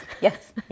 Yes